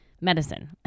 medicine